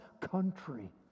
country